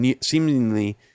seemingly